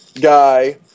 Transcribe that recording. guy